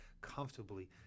comfortably